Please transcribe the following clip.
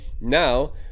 Now